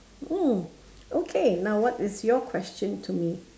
mm okay now what is your question to me